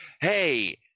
hey